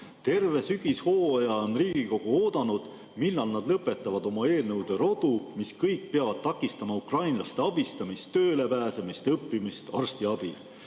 "Terve sügishooaja on Riigikogu oodanud, millal nad lõpetavad oma eelnõude rodu [...], mis kõik peavad takistama ukrainlaste abistamist, tööle pääsemist, õppimist, arstiabi.